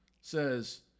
says